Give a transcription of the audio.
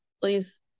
please